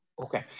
Okay